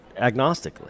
agnostically